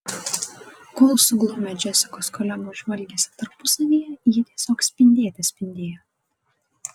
kol suglumę džesikos kolegos žvalgėsi tarpusavyje ji tiesiog spindėte spindėjo